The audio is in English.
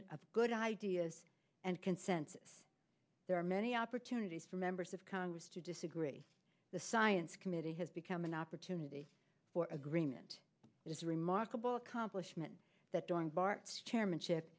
a good idea and consensus there are many opportunities for members of congress to disagree the science committee has become an opportunity for agreement it is a remarkable accomplishment that during bart's chairmanship